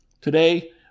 Today